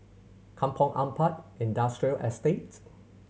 Kampong Ampat Industrial Estate